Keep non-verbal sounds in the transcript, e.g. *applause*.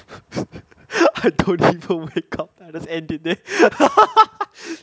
*laughs* I don't even wake up *laughs* everyday *laughs*